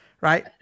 right